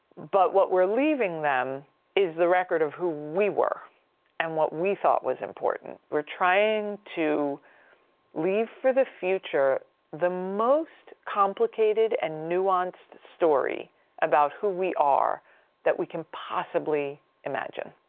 but what we're leaving them is the record of who we were and what we thought was important. we're trying to live for the future the most complicated and nuanced story about who we are that we can possibly imagine.